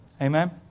Amen